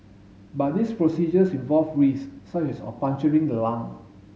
but these procedures involve risks such as of puncturing the lung